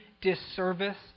disservice